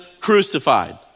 crucified